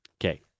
Okay